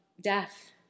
death